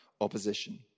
opposition